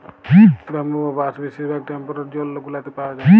bamboo বা বাঁশ বেশির ভাগ টেম্পরেট জোল গুলাতে পাউয়া যায়